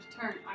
turn